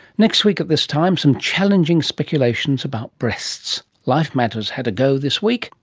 next week at this time some challenging speculations about breasts. life matters had a go this week,